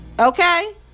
Okay